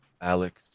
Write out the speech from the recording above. Alex